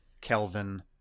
Kelvin